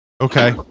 Okay